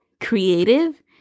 creative